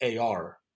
ar